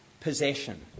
possession